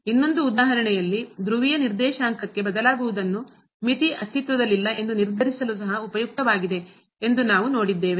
ಇನ್ನೊಂದು ಉದಾಹರಣೆಯಲ್ಲಿ ಧ್ರುವೀಯ ನಿರ್ದೇಶಾಂಕಕ್ಕೆ ಬದಲಾಗುವುದನ್ನು ಮಿತಿ ಅಸ್ತಿತ್ವದಲ್ಲಿಲ್ಲ ಎಂದು ನಿರ್ಧರಿಸಲು ಸಹ ಉಪಯುಕ್ತವಾಗಿದೆ ಎಂದು ನಾವು ನೋಡಿದ್ದೇವೆ